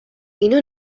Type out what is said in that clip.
اینو